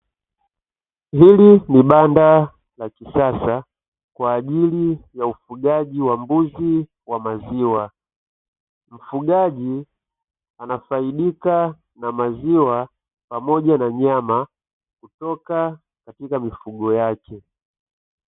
Hili ni banda la kisasa, kwa ajili ya ufugaji wa mbuzi wa maziwa. Mfugaji anafaidika na maziwa pamoja na nyama kutoka katika mifugo yake.